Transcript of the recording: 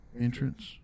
entrance